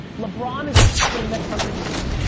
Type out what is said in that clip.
lebron is for the next hundred years.